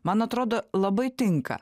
man atrodo labai tinka